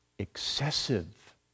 Excessive